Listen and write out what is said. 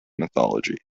mythology